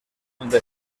donde